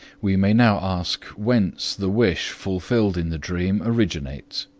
we may now ask whence the wish fulfilled in the dream originates.